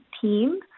team